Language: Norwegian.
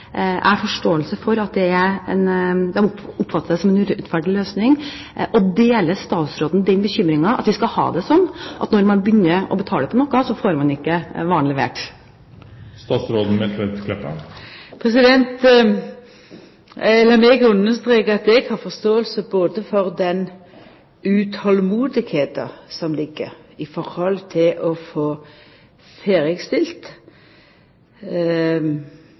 jeg har forståelse for – oppfatter det som en urettferdig løsning? Deler statsråden den bekymringen at vi skal ha det slik at når man begynner å betale på noe, så får man ikke varen levert? Lat meg streka under at eg har forståing for utolmodet når det gjeld å få